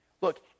Look